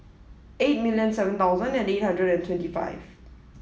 eight million seven thousand and eight hundred and twenty five